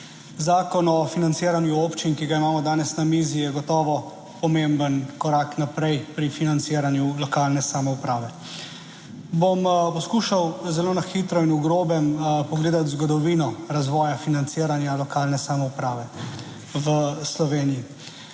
Zakon o financiranju občin, ki ga imamo danes na mizi, je gotovo pomemben korak naprej pri financiranju lokalne samouprave. Bom poskušal zelo na hitro in v grobem pogledati zgodovino razvoja financiranja lokalne samouprave v Sloveniji.